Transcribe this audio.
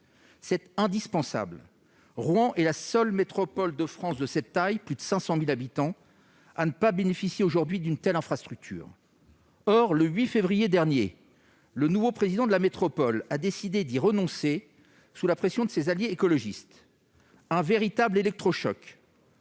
est indispensable. Rouen est la seule métropole française de cette taille- plus de 500 000 habitants -à ne pas bénéficier aujourd'hui d'une telle infrastructure. Or, le 8 février dernier, le nouveau président de la métropole a décidé d'y renoncer sous la pression de ses alliés écologistes. C'est un véritable électrochoc.